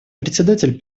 председатель